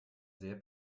sehr